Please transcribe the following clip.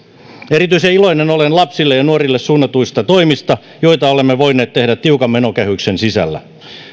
erityisen iloinen olen lapsille ja nuorille suunnatuista toimista joita olemme voineet tehdä tiukan menokehyksen sisällä